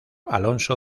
alonso